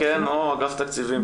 אגף התקציבים,